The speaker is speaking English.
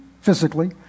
physically